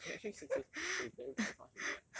eh actually six years is eh very very fast already eh